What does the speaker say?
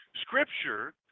Scripture